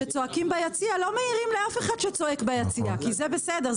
לא מעירים לאף אחד שצועק שם כי זה בסדר,